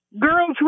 girls